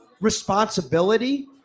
responsibility